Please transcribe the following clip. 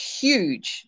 huge